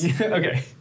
Okay